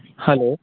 hello